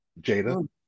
Jada